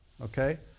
okay